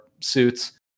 suits